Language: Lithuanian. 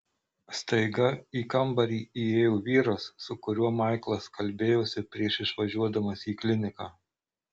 staiga į kambarį įėjo vyras su kuriuo maiklas kalbėjosi prieš išvažiuodamas į kliniką